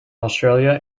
australia